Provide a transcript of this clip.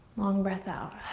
long breath out.